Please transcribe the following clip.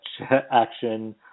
action